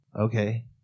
okay